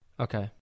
Okay